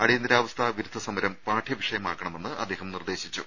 അടിയന്തരാവസ്ഥ വിരുദ്ധ സമരം പാഠ്യവിഷയമാക്കണമെന്ന് അദ്ദേഹം നിർദ്ദേശിച്ചു